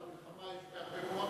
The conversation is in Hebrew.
שר המלחמה יש בהרבה מקומות.